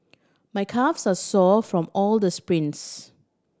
my calves are sore from all the sprints